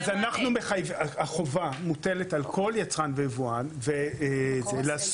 אז אנחנו, החובה מוטלת על כל יצרן ויבואן לאסוף.